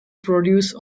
produce